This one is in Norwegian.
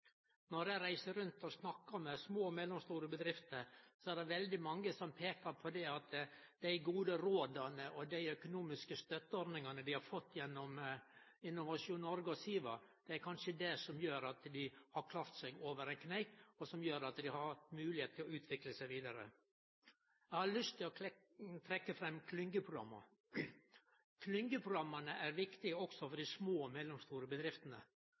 Når eg reiser rundt og snakkar med små og mellomstore bedrifter, er det veldig mange som peiker på at dei gode råda og dei økonomiske støtteordningane dei har fått gjennom Innovasjon Norge og SIVA, kanskje er det som har gjort at dei har klart seg over ein kneik, og som gjer at dei har hatt moglegheit til å utvikle seg vidare. Eg har lyst å trekkje fram klyngeprogramma. Dei er viktige også for dei små og mellomstore bedriftene.